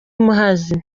muhazi